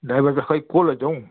driver त खै को लैजाउँ